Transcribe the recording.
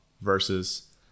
versus